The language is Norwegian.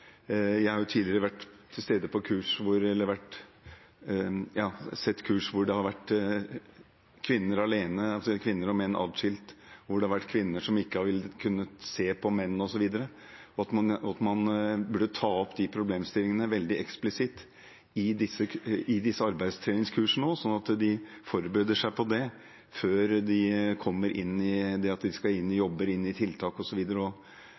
Jeg har tidligere sett kurs der det har vært kvinner alene, altså kvinner og menn atskilt, der det har vært kvinner som ikke har kunnet se på menn, osv. Man burde ta opp de problemstillingene veldig eksplisitt i disse arbeidstreningskursene, slik at de forbereder seg på det før de skal ut i jobb eller tiltak, og bygge en innstilling overfor det fra start. Jeg er helt enig med representanten Bøhler i at det er viktig at innvandrere generelt sett kommer seg i